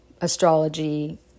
astrology